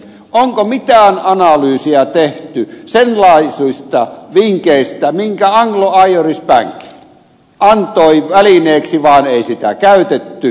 onko mitään analyysiä tehty sellaisista vinkeistä mitkä anglo irish bank antoi välineeksi vaan mitä ei käytetty kansainvälisesti